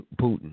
Putin